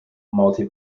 multi